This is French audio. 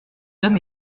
homme